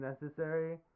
necessary